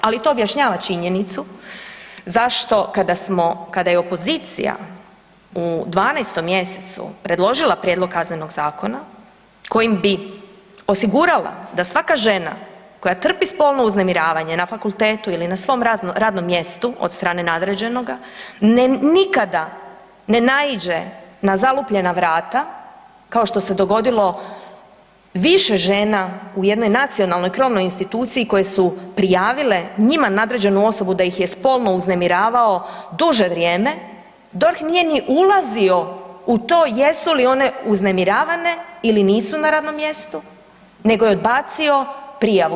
Ali to objašnjava činjenicu zašto, kada smo, kada je opozicija u 12. mj. predložila prijedlog Kaznenog zakona kojim bi osigurala da svaka žena koja trpi spolno uznemiravanje na fakultetu ili na svom radnom mjestu od strane nadređenoga, nikada ne naiđe na zalupljena vrata kao što se dogodilo više žena u jednoj nacionalnoj krovnoj instituciji koje su prijavile njima nadređenu osobu da ih spolno uznemiravao duže vrijeme, DORH nije ni ulazio u to jesu li one uznemiravane ili nisu na radnom mjestu nego je odbacio prijavu.